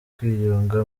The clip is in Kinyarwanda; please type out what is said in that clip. kwiyunga